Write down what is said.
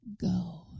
go